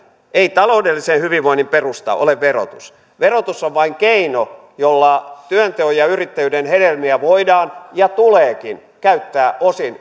ei taloudellisen hyvinvoinnin perusta ole verotus verotus on vain keino jolla työnteon ja yrittäjyyden hedelmiä voidaan ja tuleekin käyttää osin